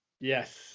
Yes